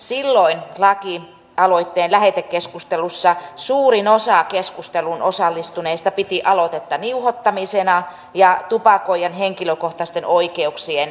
silloin lakialoitteen lähetekeskustelussa suurin osa keskusteluun osallistuneista piti aloitetta niuhottamisena ja tupakoijan henkilökohtaisten oikeuksien rajoittamisena